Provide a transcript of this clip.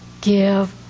Give